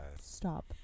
Stop